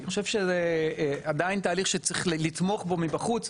אני חושב שזה עדיין תהליך שצריך לתמוך בו מבחוץ.